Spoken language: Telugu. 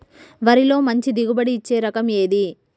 వరిలో మంచి దిగుబడి ఇచ్చే రకం ఏది?